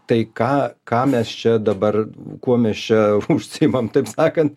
tai ką ką mes čia dabar kuo mes čia užsiimam taip sakant